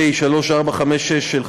פ/3456/20,